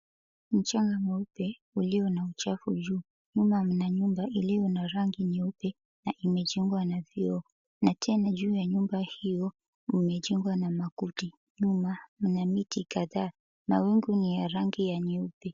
Mchanga mweupe ulio na takataka juu na nyumba ilio na rangi nyeupe na imejengwa na vioo na tena juu ya nyumba hiyo kumejengwa na makuti nyuma kuna miti kadhaa mawingu ni ya rangi nyeupe.